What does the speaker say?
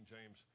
James